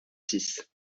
six